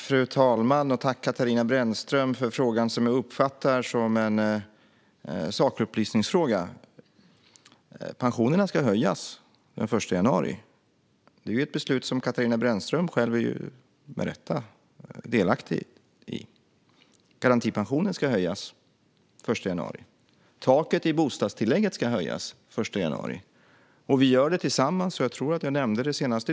Fru talman! Tack, Katarina Brännström, för frågan som jag uppfattar som en sakupplysningsfråga! Pensionerna ska höjas den 1 januari. Det är ett beslut som Katarina Brännström själv, med rätta, är delaktig i. Garantipensionen ska höjas den 1 januari. Taket i bostadstillägget ska höjas den 1 januari. Vi gör det tillsammans med anledning av pensionsöverenskommelsen - det tror jag att jag nämnde senast i